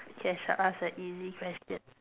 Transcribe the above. K I shall ask the easy question